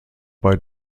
bei